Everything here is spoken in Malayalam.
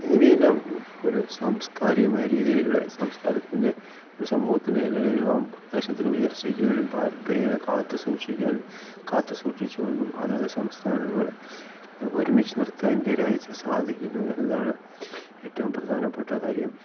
ഇവയെല്ലാം ഒരു സാംസ്കാരികമായ രീതിയിലൂടെ സംസ്കാരത്തിൻ്റെ ഒരു സമൂഹത്തിൻ്റെ എല്ലാവരേയും ആ പ്രദേശത്തിന് ഉയർച്ചയ്ക്കുവേണ്ടി പാരമ്പര്യങ്ങളെ കാത്തു സൂക്ഷിക്കുവാനും കാത്തുസൂക്ഷിച്ച് കൊണ്ടും അതാത് സംസ്ഥാനങ്ങൾ ഒരുമിച്ച് നിർത്താൻ ഇന്ത്യ രാജ്യത്തിന് സാധിക്കുന്നു എന്നതാണ് ഏറ്റവും പ്രധാനപ്പെട്ട കാര്യം